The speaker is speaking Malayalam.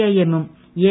ഐ എമ്മും എൽ